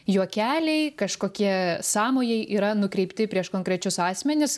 juokeliai kažkokie sąmojai yra nukreipti prieš konkrečius asmenis